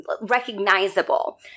recognizable